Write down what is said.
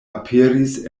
aperis